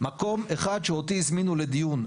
מקום אחד שאותי הזמינו לדיון,